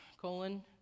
colon